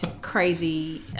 crazy